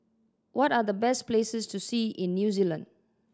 what are the best places to see in New Zealand